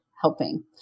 helping